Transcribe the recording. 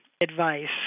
advice